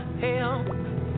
Hell